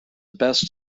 best